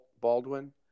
Baldwin